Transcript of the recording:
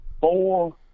four